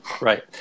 Right